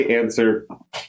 answer